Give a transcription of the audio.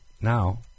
Now